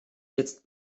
jetzt